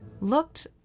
looked